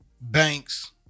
Banks